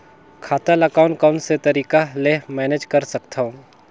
खाता ल कौन कौन से तरीका ले मैनेज कर सकथव?